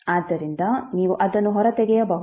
ಆದ್ದರಿಂದ ನೀವು ಅದನ್ನು ಹೊರತೆಗೆಯಬಹುದು